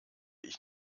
ich